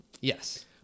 yes